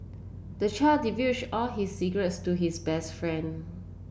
the child divulged all his secrets to his best friend